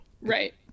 right